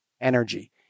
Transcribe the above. energy